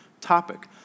topic